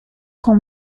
con